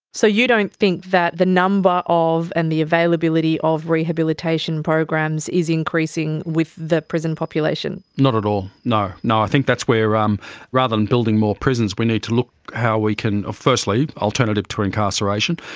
so you don't think that the number of and the availability of rehabilitation programs is increasing with the prison population? not at all, no. i think that's where um rather than building more prisons we need to look how we can, firstly, alternative to incarceration,